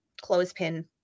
clothespin